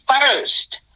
first